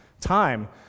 time